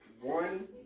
One